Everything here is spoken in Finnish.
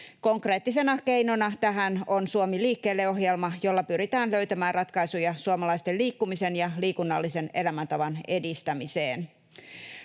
Konkreettisena keinona tähän on Suomi liikkeelle -ohjelma, jolla pyritään löytämään ratkaisuja suomalaisten liikkumisen ja liikunnallisen elämäntavan edistämiseen.